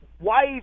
wife